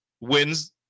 wins